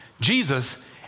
Jesus